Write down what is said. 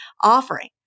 offering